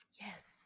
Yes